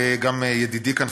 וגם ידידי כאן,